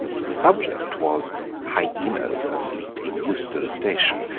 the subject was hyaenas asleep in euston station,